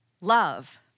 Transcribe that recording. love